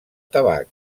tabac